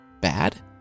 Bad